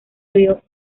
río